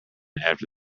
after